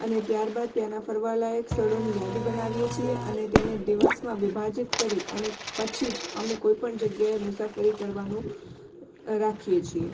અને ત્યારબાદ ત્યાંના ફરવાલાયક સ્થળોની યાદી બનાવીએ છીએ અને તેને દિવસમાં વિભાજિત કરી અને પછી જ અમે કોઇપણ જગ્યાએ મુસાફરી કરવાનું અ રાખીએ છીએ